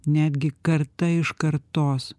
netgi karta iš kartos